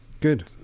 Good